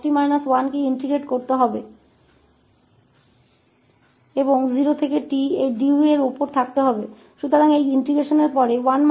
इसलिए हमें इसे एक बार फिर से लागू करना होगा ताकि इसे एक और s में समायोजित किया जा सके जिसका अर्थ है कि हमें इस sin 𝑡 cos 𝑡 − 1 को 0 से t तक 𝑑𝑢 इस पर एकीकृत करना होगा